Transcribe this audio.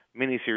miniseries